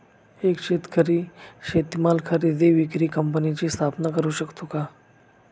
एक शेतकरी शेतीमाल खरेदी विक्री कंपनीची स्थापना करु शकतो का?